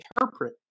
interpret